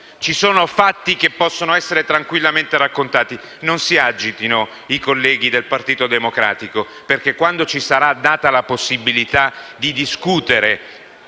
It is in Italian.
Ci sono fatti che possono tranquillamente essere raccontati. Non si agitino i colleghi del Partito Democratico, perché quando ci sarà data la possibilità di discutere